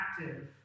active